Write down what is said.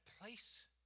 place